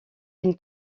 une